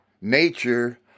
nature